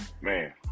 man